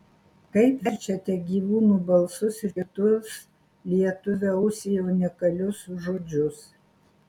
kaip verčiate gyvūnų balsus ir kitus lietuvio ausiai unikalius žodžius